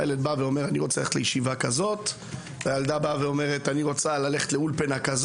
הילד רוצה ללכת לישיבה, הילדה רוצה ללכת לאולפנה.